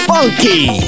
Funky